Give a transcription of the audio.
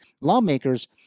Lawmakers